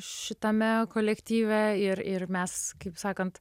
šitame kolektyve ir ir mes kaip sakant